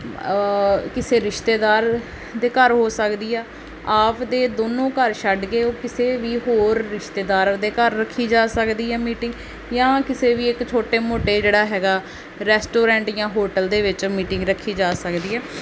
ਕਿਸੇ ਰਿਸ਼ਤੇਦਾਰ ਦੇ ਘਰ ਹੋ ਸਕਦੀ ਆ ਆਪ ਦੇ ਦੋਨੋਂ ਘਰ ਛੱਡ ਕੇ ਉਹ ਕਿਸੇ ਵੀ ਹੋਰ ਰਿਸ਼ਤੇਦਾਰ ਦੇ ਘਰ ਰੱਖੀ ਜਾ ਸਕਦੀ ਹੈ ਮੀਟਿੰਗ ਜਾਂ ਕਿਸੇ ਵੀ ਇੱਕ ਛੋਟੇ ਮੋਟੇ ਜਿਹੜਾ ਹੈਗਾ ਰੈਸਟੋਰੈਂਟ ਜਾਂ ਹੋਟਲ ਦੇ ਵਿੱਚ ਮੀਟਿੰਗ ਰੱਖੀ ਜਾ ਸਕਦੀ ਹੈ